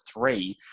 three